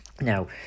now